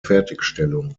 fertigstellung